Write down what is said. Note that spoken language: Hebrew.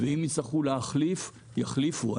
ואם יצטרכו להחליף יחליפו.